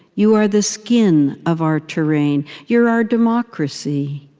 you are the skin of our terrain you're our democracy.